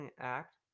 act